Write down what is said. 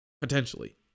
Potentially